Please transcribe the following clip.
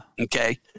okay